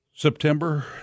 September